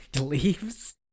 leaves